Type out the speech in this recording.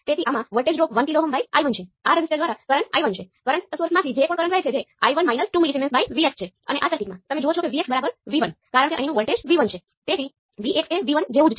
તેવી જ રીતે Z11 અને g11 બંને પોર્ટ 2 ઓપન સર્કિટ સાથે માપવામાં આવે છે